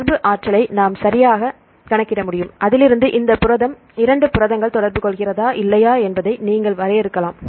தொடர்பு ஆற்றலை நாம் சரியாகக் கணக்கிட முடியும் அதிலிருந்து இந்த புரதம் இரண்டு புரதங்கள் தொடர்பு கொள்கிறதா இல்லையா என்பதை நீங்கள் வரையறுக்கலாம்